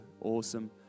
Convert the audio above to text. Awesome